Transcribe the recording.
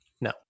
No